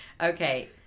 Okay